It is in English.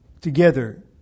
together